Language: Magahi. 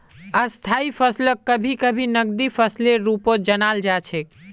स्थायी फसलक कभी कभी नकदी फसलेर रूपत जानाल जा छेक